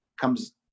comes